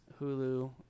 Hulu